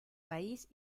país